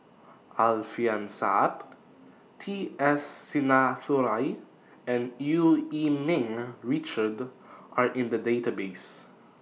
Alfian Sa'at T S Sinnathuray and EU Yee Ming Richard Are in The Database